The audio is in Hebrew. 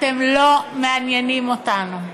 אתם לא מעניינים אותנו.